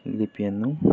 ಲಿಪಿಯನ್ನು